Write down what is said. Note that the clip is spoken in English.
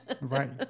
Right